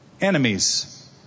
Enemies